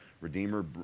Redeemer